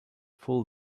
full